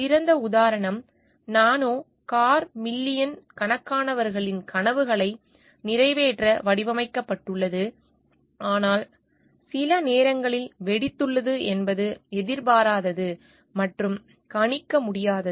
சிறந்த உதாரணம் Nano car million கணக்கானவர்களின் கனவுகளை நிறைவேற்ற வடிவமைக்கப்பட்டுள்ளது ஆனால் சில நேரங்களில் வெடித்துள்ளது என்பது எதிர்பாராதது மற்றும் கணிக்க முடியாதது